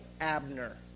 Abner